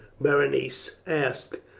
berenice asked.